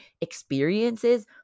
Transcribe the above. experiences